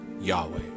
Yahweh